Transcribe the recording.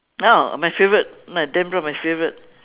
oh my favorite dan brown my favorite